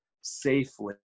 safely